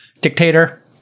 dictator